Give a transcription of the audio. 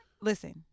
listen